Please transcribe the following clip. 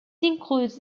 includes